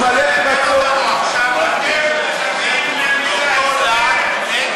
בכמה זה מקדם אותנו להמשיך ולדבר עכשיו באותו להט נגד הממשל האמריקני?